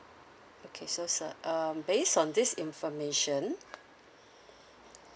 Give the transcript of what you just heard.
okay so sir um based on this information